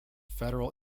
federal